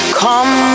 come